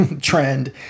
trend